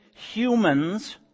humans